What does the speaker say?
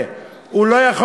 מה הוא יעשה?